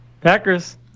Packers